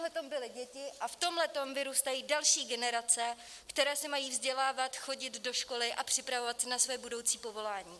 V tomhle byly děti a v tomhle vyrůstají další generace, které se mají vzdělávat, chodit do školy a připravovat se na své budoucí povolání.